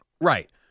Right